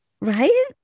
Right